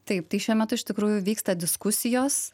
taip tai šiuo metu iš tikrųjų vyksta diskusijos